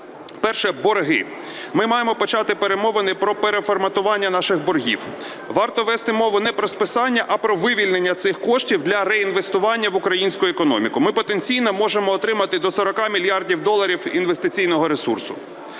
Перше – борги. Ми маємо почати перемовини про переформатування наших боргів. Варто вести мову не про списання, а про вивільнення цих коштів для реінвестування в українську економіку. Ми потенційно можемо отримати до 40 мільярдів доларів інвестиційного ресурсу.